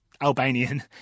Albanian